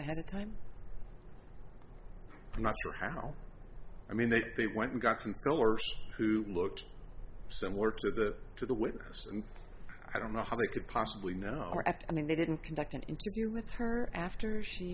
ahead of time i'm not sure how i mean that they went and got some pro or who looked similar to that to the witness and i don't know how they could possibly know i mean they didn't conduct an interview with her after she